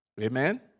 Amen